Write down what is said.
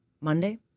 Monday